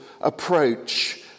approach